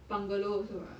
bungalow also ah